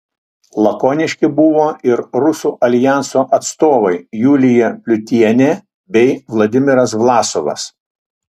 lakoniški buvo ir rusų aljanso atstovai julija pliutienė bei vladimiras vlasovas